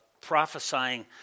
prophesying